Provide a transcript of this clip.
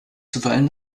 zuweilen